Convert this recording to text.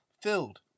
Filled